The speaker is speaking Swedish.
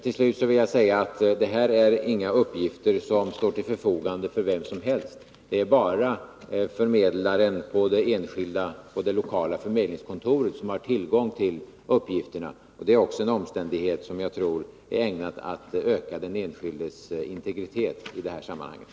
Till slut vill jag säga att detta inte är några uppgifter som står till förfogande för vem som helst. Det är bara förmedlaren på det lokala förmedlingskontoret som har tillgång till uppgifterna. Det är också en omständighet som jag tror är ägnad att öka den enskildes integritet i det här sammanhanget.